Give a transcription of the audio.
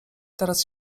teraz